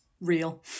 real